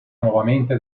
nuovamente